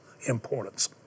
importance